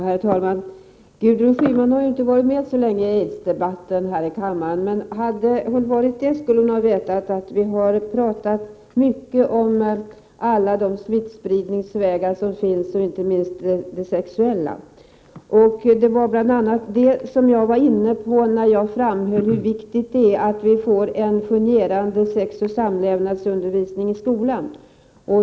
Herr talman! Gudrun Schyman har ju inte varit med så länge i aidsdebatten här i kammaren. Men hade hon varit det, skulle hon ha vetat att vi har talat mycket om alla de smittspridningsvägar som finns, inte minst de sexuella. Det var bl.a. detta som jag var inne på när jag framhöll hur viktigt det är att vi får en fungerande sexoch samlevnadsundervisning i skolan.